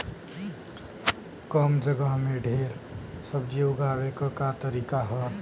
कम जगह में ढेर सब्जी उगावे क का तरीका ह?